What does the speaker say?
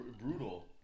brutal